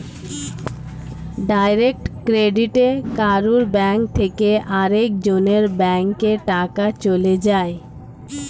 direct ক্রেডিটে কারুর bank থেকে আরেক জনের ব্যাংকে টাকা চলে যায়